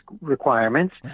requirements